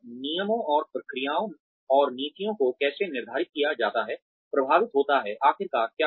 नियमों और प्रक्रियाओं और नीतियों को कैसे निर्धारित किया जाता है प्रभावित होता है आखिरकार क्या हुआ